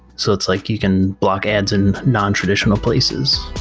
so it's like you can block ads in non-traditional places